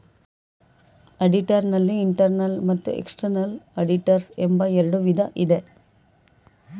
auditor ನಲ್ಲಿ internal ಮತ್ತು external auditors ಎಂಬ ಎರಡು ವಿಧ ಇದೆ